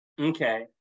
Okay